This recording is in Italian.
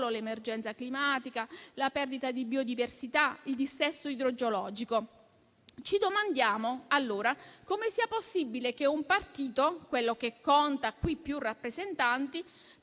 l'emergenza climatica, la perdita di biodiversità, il dissesto idrogeologico). Ci domandiamo allora come sia possibile che un partito, quello che conta qui più rappresentanti,